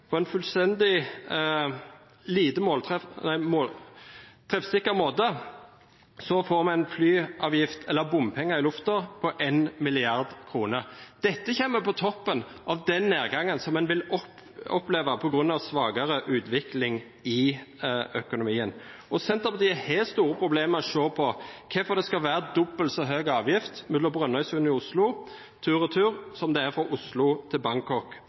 på en fullstendig lite treffsikker måte får vi en flyseteavgift – eller bompenger i lufta – på 1 mrd. kr. Dette kommer på toppen av nedgangen en vil oppleve på grunn av svakere utvikling i økonomien. Senterpartiet har store problemer med å se hvorfor det skal være dobbelt så høy avgift mellom Brønnøysund og Oslo tur-retur som det er fra Oslo til Bangkok